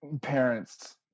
parents